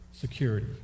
security